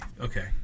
okay